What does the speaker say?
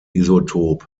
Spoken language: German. isotop